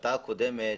בהחלטה הקודמת,